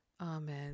amen